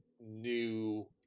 new